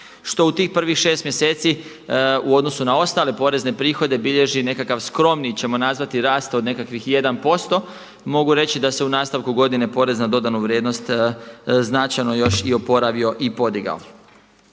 što u tih prvih 6 mjeseci u odnosu na ostale porezne prihode bilježi nekakav skromni ćemo nazvati rast od nekakvih 1%. Mogu reći da se u nastavku godine porez na dodanu vrijednost značajno još i oporavio i podigao.